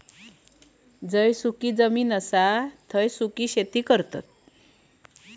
जिकडे सुखी जमीन असता तिकडे सुखी शेती करतत